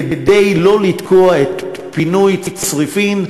כדי לא לתקוע את פינוי צריפין,